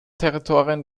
territorien